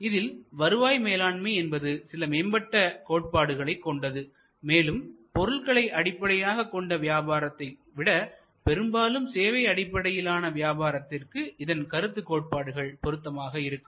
இதில் வருவாய் மேலாண்மை என்பது சில மேம்பட்ட கோட்பாடுகளை கொண்டது மேலும் பொருள்களை அடிப்படையாகக்கொண்ட வியாபாரத்தை விட பெரும்பாலும் சேவை அடிப்படையிலான வியாபாரத்திற்கு இதன் கருத்து கோட்பாடுகள் பொருத்தமாக இருக்கும்